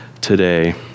today